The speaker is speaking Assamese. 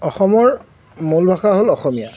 অসমৰ মূল ভাষা হ'ল অসমীয়া